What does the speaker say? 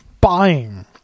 buying